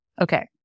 Okay